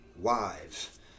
wives